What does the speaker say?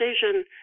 decision